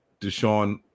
Deshaun